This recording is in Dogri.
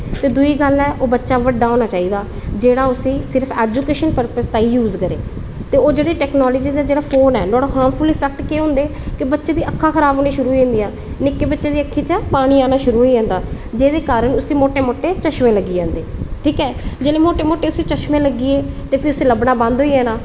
ते दू गल्ल ऐ ओह् बच्चा बड्डा होना चाहिदा जेह्ड़ा उसी सिर्फ ऐजूकेशन पर्पज़ ताहीं यूज़ करै ते ओह् जेह्ड़ी टेक्नोलॉज़ी ते जेह्ड़ा फोन ऐ नुहाड़े हार्मफुल इम्पैक्ट केह् होंदे की बच्चे दियां अक्खां खराब होना शुरू होई जंदियां निक्के बच्चें दी अक्खां कोला पानी आना शुरू होई जंदा जेह्दे कारण उसी मोटे मोटे चश्मे लग्गी जंदे ठीक ऐ जेल्लै मोटे मोटे उसी चश्मे लग्गी गे ते उसी फ्ही लब्भना बंद होई जाना